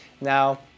Now